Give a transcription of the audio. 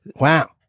Wow